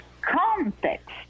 context